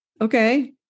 okay